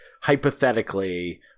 hypothetically